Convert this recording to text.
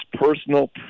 personal